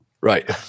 Right